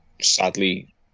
sadly